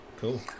cool